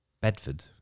Bedford